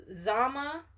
Zama